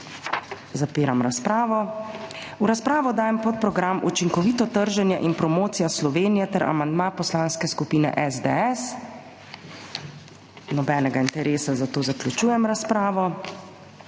Zapiram razpravo. V razpravo dajem podprogram Učinkovito trženje in promocija Slovenije ter amandma Poslanske skupine SDS. Nobenega interesa, zato zaključujem razpravo.